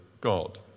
God